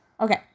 Okay